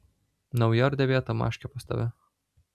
nauja ar dėvėta maškė pas tave